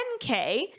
10K